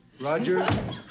Roger